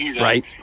Right